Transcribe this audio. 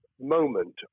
moment